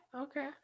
Okay